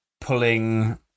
pulling